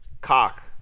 Cock